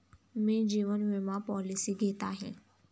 मी जीवन विमा पॉलिसी घेत आहे